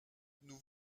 nous